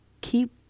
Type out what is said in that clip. keep